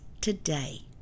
today